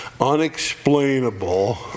unexplainable